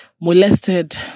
molested